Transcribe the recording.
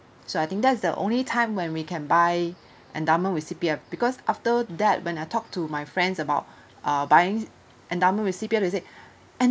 so I think that's the only time when we can buy endowment with C_P_F because after that when I talk to my friends about uh buying endowment with C_P_F they said